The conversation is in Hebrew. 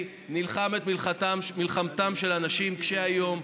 נלחם את מלחמתם של האנשים קשי היום,